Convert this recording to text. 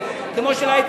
כמו של הערבים,